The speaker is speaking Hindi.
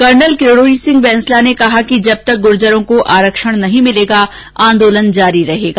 कर्नल किरोड़ी सिंह बैसला ने कहा कि जब तक गुर्जरों को आरक्षण नहीं मिलेगा आंदोलन जारी रहेगा